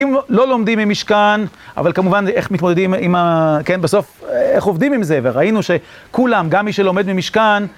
אם לא לומדים ממשכן, אבל כמובן, איך מתמודדים עם ה... כן, בסוף, איך עובדים עם זה? וראינו שכולם, גם מי שלומד ממשכן...